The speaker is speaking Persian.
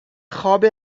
خواب